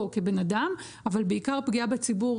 גם פגיעה בו כבן אדם אבל בעיקר פגיעה בציבור